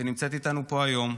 שנמצאת איתנו פה היום,